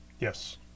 Yes